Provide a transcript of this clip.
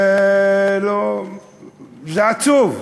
זה עצוב.